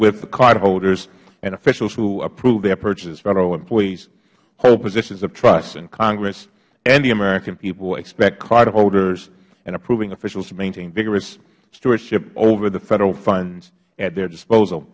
with the cardholders and officials who approve their purchases federal employees hold positions of trust and congress and the american people expect cardholders and approving officials to maintain vigorous stewardship over the federal funds at their disposal